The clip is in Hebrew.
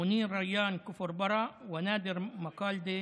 מוניר ריאן מכפר ברא ונאדר מקאלדה